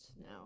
now